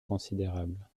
considérable